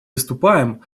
выступаем